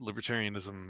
libertarianism